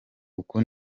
uku